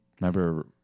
Remember